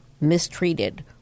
Mistreated